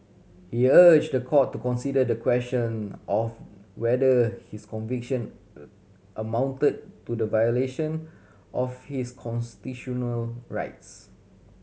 he urged the court to consider the question of whether his conviction amounted to the violation of his constitutional rights